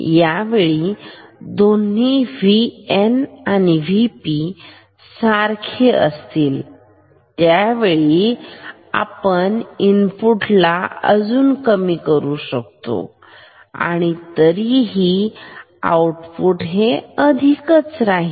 यावेळी दोन्ही VN आणि VP सारखे असतील त्यावेळी आपण इनपुटला अजून कमी करू शकतो आणि तरीही आउटपुट हे अधिक राहील